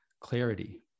clarity